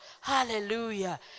Hallelujah